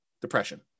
depression